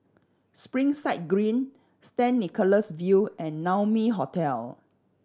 Springside Green Saint Nicholas View and Naumi Hotel